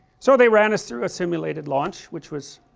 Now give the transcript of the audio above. so they ran us through a simulated launch which was